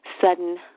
sudden